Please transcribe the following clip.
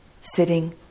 sitting